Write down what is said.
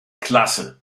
klasse